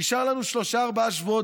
נשארו לנו שלושה-ארבעה שבועות,